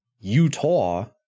Utah